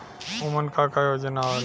उमन का का योजना आवेला?